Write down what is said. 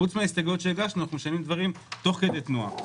פרט להסתייגויות שהגשנו אנחנו משנים דברים תוך כדי תנועה.